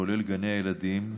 כולל גני הילדים,